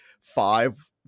five